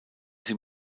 sie